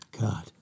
God